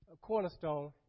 Cornerstone